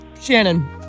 Shannon